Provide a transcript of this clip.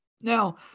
Now